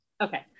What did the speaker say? okay